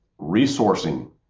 resourcing